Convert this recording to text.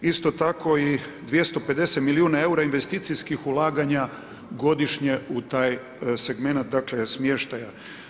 Isto tako i 250 milijuna eura investicijskih ulaganja godišnje u taj segmenat, dakle smještaja.